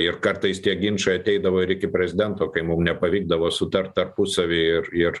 ir kartais tie ginčai ateidavo ir iki prezidento kai mum nepavykdavo sutart tarpusavy ir ir